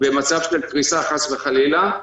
במצב של קריסה, חס וחלילה,